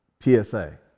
PSA